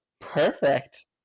Perfect